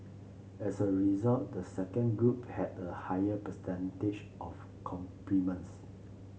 as a result the second group had a higher percentage of compliments